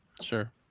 Sure